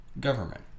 government